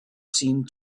seemed